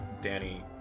Danny